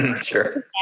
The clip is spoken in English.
Sure